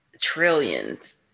Trillions